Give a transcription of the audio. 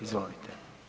Izvolite.